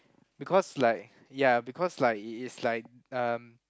because like ya because like it is like um